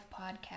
podcast